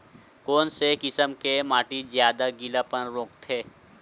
कोन से किसम के माटी ज्यादा गीलापन रोकथे?